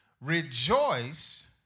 Rejoice